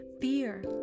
fear